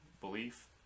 belief